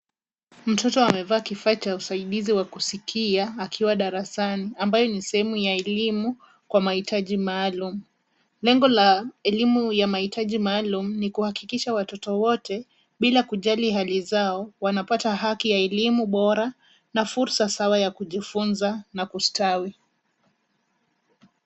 Mtoto amevaa kifaa cha usaidizi wa kusikia akiwa darasani ambayo ni sehemu ya elimu kwa maitaji maalum. Lengo la elimu ya maitaji maalum ni kuhakikisha watoto wote bila kujali hali zao wanapata haki ya elimu bora na fursa sawa ya kujifunza na kustawi.